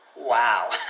Wow